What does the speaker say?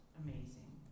amazing